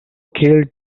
killed